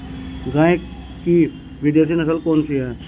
गाय की विदेशी नस्ल कौन सी है?